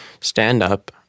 stand-up